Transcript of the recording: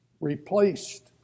replaced